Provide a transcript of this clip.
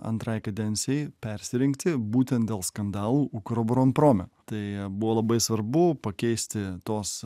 antrai kadencijai persirengti būtent dėl skandalų ukrobronprome tai buvo labai svarbu pakeisti tuos